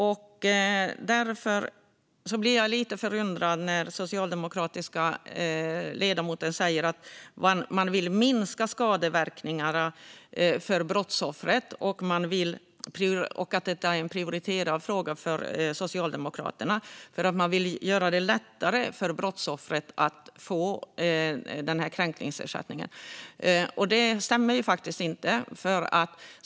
Jag blir lite förundrad när den socialdemokratiska ledamoten säger att det är en prioriterad fråga för Socialdemokraterna att minska skadeverkningarna för brottsoffret och göra det lättare för brottsoffret att få kränkningsersättningen. Det stämmer faktiskt inte.